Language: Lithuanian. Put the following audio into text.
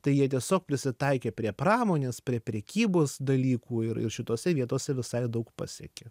tai jie tiesiog prisitaikė prie pramonės prie prekybos dalykų ir ir šitose vietose visai daug pasiekė